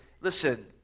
listen